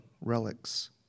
relics